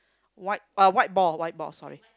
white a white ball white ball sorry